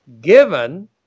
given